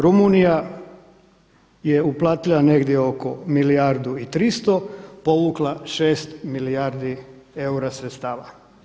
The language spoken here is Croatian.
Rumunjska je uplatila negdje oko milijardu 300, povukla 6 milijardi eura sredstava.